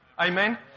Amen